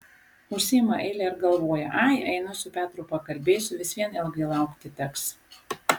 užsiima eilę ir galvoja ai einu su petru pakalbėsiu vis vien ilgai laukti teks